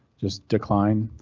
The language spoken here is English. just decline,